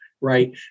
right